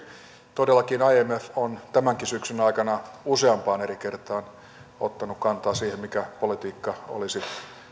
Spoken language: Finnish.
todellakin imf on tämänkin syksyn aikana useampaan eri kertaan ottanut kantaa siihen mikä politiikka olisi